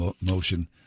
motion